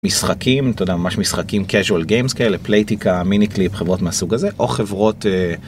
משחקים אתה יודע ממש משחקים casual games כאלה פלייטיקה מיני קליפ חברות מסוג הזה או חברות.